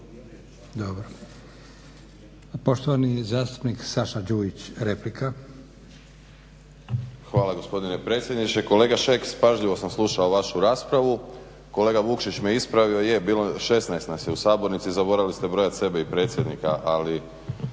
Dobro. Poštovani zastupnik Saša Đujić, replika. **Đujić, Saša (SDP)** Hvala gospodine predsjedniče. Kolega Šeks, pažljivo sam slušao vašu raspravu, kolega Vukšić me ispravio, je 16 nas je u sabornici zaboravili ste brojati sebe i predsjednika ali